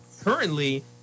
currently